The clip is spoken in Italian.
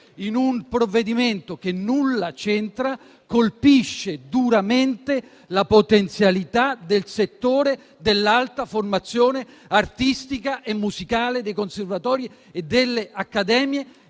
in un provvedimento che nulla c'entra, colpisce duramente la potenzialità del settore dell'alta formazione artistica e musicale dei conservatori e delle accademie,